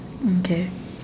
okay